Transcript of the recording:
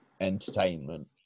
entertainment